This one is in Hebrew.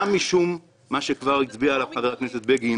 גם משום מה שגבר הצביע עליו חבר הכנסת בגין